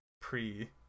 pre